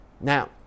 Now